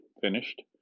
finished